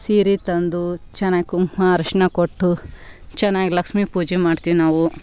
ಸೀರೆ ತಂದು ಚೆನ್ನಾಗಿ ಕುಂಕುಮ ಅರಿಶ್ಣ ಕೊಟ್ಟು ಚೆನ್ನಾಗಿ ಲಕ್ಷ್ಮಿ ಪೂಜೆ ಮಾಡ್ತೀವಿ ನಾವು